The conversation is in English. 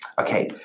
Okay